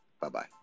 Bye-bye